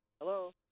Hello